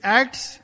acts